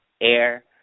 air